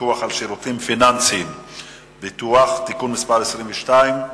הפיקוח על שירותים פיננסיים (ביטוח) (תיקון מס' 22),